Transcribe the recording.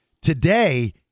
today